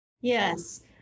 Yes